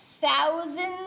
thousands